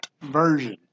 version